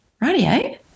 radio